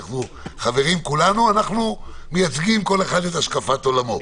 אנחנו חברים כולנו ואנחנו מייצגים כל אחד את השקפת עולמו.